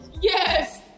Yes